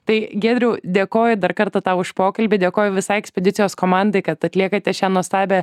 tai giedriau dėkoju dar kartą tau už pokalbį dėkoju visai ekspedicijos komandai kad atliekate šią nuostabią